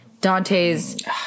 Dante's